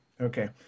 Okay